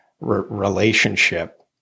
relationship